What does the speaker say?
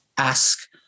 ask